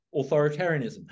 authoritarianism